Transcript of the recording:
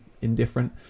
indifferent